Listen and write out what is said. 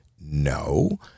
no